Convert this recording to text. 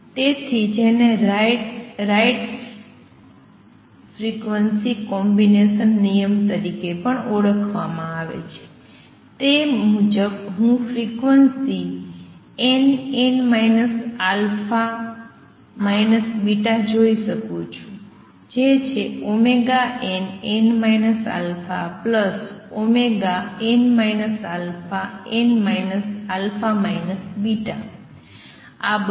તેથી જેને Ritz frequency combination નિયમ તરીકે ઓળખવામાં આવે છે તે મુજબ હું ફ્રીક્વન્સી nn α β જોઈ શકું છું જે છે nn αn αn α β